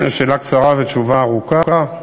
שאלה קצרה ותשובה ארוכה.